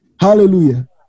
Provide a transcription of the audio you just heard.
hallelujah